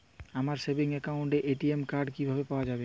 আমার সেভিংস অ্যাকাউন্টের ATM card কিভাবে পাওয়া যাবে?